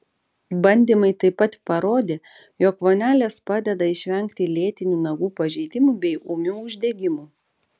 bandymai taip pat parodė jog vonelės padeda išvengti lėtinių nagų pažeidimų bei ūmių uždegimų